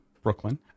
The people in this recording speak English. Brooklyn